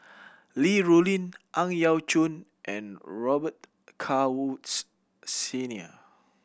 Li Rulin Ang Yau Choon and Robet Carr Woods Senior